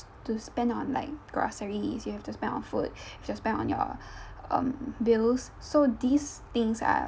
to spend on like groceries you have to spend on food you have to spend on your um bills so these things are